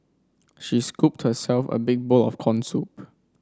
she scooped herself a big bowl of corn soup